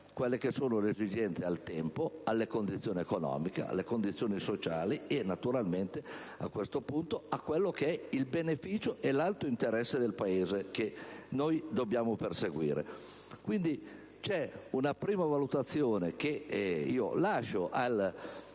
per adeguare le esigenze al tempo, alle condizioni economiche, alle condizioni sociali e naturalmente, a questo punto, al beneficio e all'alto interesse del Paese che noi dobbiamo perseguire. Quindi, la prima valutazione che lascio al collegio